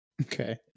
Okay